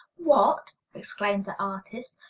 what! exclaimed the artist.